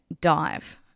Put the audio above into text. dive